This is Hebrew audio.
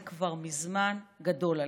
זה כבר מזמן גדול עליך.